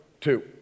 two